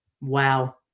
Wow